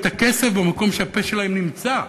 את הכסף במקום שהפה שלהם נמצא.